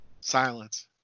Silence